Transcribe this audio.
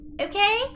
Okay